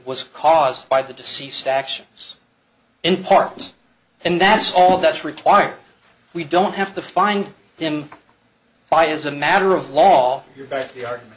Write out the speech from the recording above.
was caused by the deceased actions in part and that's all that's required we don't have to find them by as a matter of law your back yard